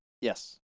Yes